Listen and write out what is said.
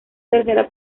tercera